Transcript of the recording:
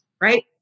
Right